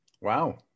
Wow